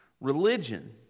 Religion